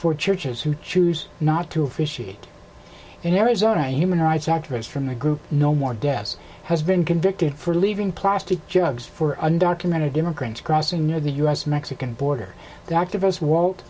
for churches who choose not to fish eat in arizona a human rights activist from the group no more deaths has been convicted for leaving plastic jugs for undocumented immigrants crossing near the u s mexican border activists walt